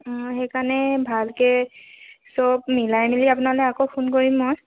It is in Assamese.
অঁ সেইকাৰণে ভালকে চব মিলাই মেলি আপোনালে আকৌ ফোন কৰিম মই